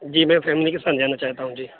جی میں فیملی کے ساتھ جانا چاہتا ہوں جی